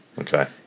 okay